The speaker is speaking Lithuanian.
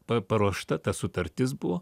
pa paruošta ta sutartis buvo